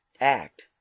Act